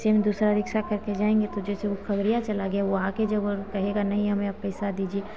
ऐसे में दूसरा रिक्स करके जाएंगे तो जैसे ऊ खगड़िया चला गया ऊ आके जब कहेगा नहीं हमें अब पैसा दीजिए